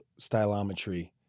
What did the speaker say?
stylometry